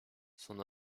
son